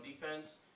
defense